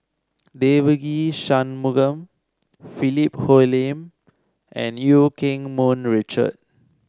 Devagi Sanmugam Philip Hoalim and Eu Keng Mun Richard